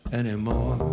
anymore